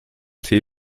tee